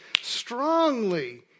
strongly